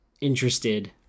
interested